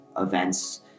events